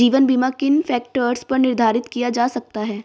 जीवन बीमा किन फ़ैक्टर्स पर निर्धारित किया जा सकता है?